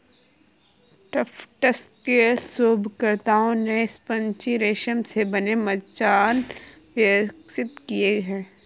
Tufts के शोधकर्ताओं ने स्पंजी रेशम से बने मचान विकसित किए हैं